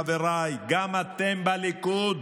חבריי, גם אתם בליכוד,